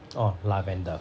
oh lavender